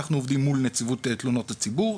אנחנו עובדים מול נציבות תלונות הציבור,